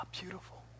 beautiful